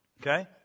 Okay